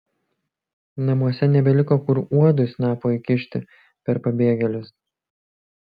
namuose nebeliko kur uodui snapo įkišti per pabėgėlius